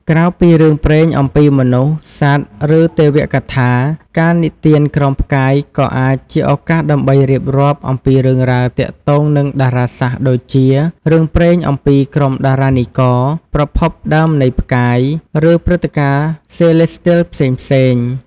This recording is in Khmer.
ក្រៅពីរឿងព្រេងអំពីមនុស្ស សត្វ ឬទេវកថា ការនិទានក្រោមផ្កាយក៏អាចជាឱកាសដើម្បីរៀបរាប់ពីរឿងរ៉ាវទាក់ទងនឹងតារាសាស្ត្រដូចជា រឿងព្រេងអំពីក្រុមតារានិករ ប្រភពដើមនៃផ្កាយ ឬព្រឹត្តិការណ៍សេឡេស្ទីលផ្សេងៗ ។